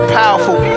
powerful